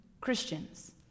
Christians